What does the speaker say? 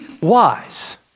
wise